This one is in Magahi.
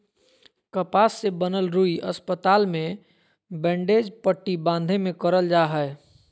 कपास से बनल रुई अस्पताल मे बैंडेज पट्टी बाँधे मे करल जा हय